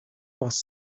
was